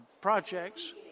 projects